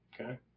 Okay